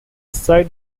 site